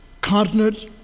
continent